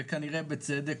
וכנראה בצדק,